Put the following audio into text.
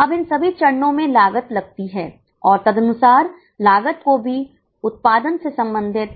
अब इन सभी चरणों में लागत लगती है और तदनुसार लागत को भी उत्पादन से संबंधित